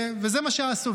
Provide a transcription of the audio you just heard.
וזה מה שעשו.